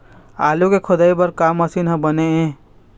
आलू के खोदाई बर का मशीन हर बने ये?